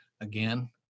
Again